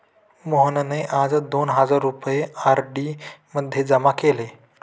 मोहनने आज दोन हजार रुपये आर.डी मध्ये जमा केले